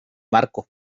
marcos